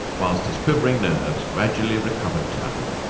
while his quivering nerves gradually recovered tone.